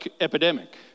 epidemic